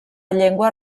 llengua